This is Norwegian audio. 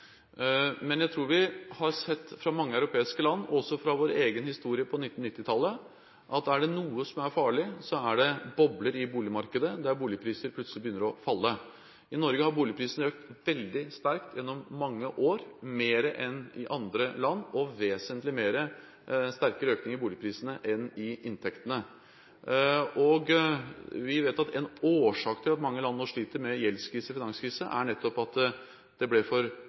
Men jeg tror vi har sett – fra mange europeiske land, men også fra vår egen historie på 1990-tallet – at er det noe som er farlig, så er det bobler i boligmarkedet, der boligpriser plutselig begynner å falle. I Norge har boligprisene økt veldig sterkt gjennom mange år, mer enn i andre land, og det har vært en vesentlig sterkere økning i boligprisene enn i inntektene. Vi vet at en årsak til at mange land nå sliter med gjelds- og finanskrise, er nettopp at det ble for